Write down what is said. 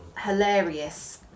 hilarious